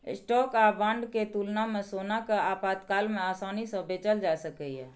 stock आ bond के तुलना मे सोना कें आपातकाल मे आसानी सं बेचल जा सकैए